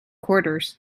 quarters